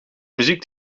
muziek